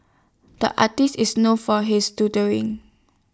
the artist is known for his doodle in